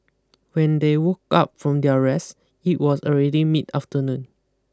when they woke up from their rest it was already mid afternoon